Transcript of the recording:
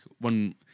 One